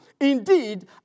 Indeed